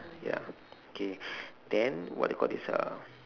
ya K then what you call this uh